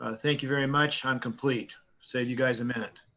ah thank you very much. i'm complete. saved you guys a minute.